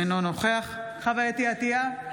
אינו נוכח חוה אתי עטייה,